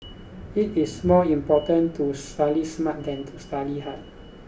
it is more important to study smart than to study hard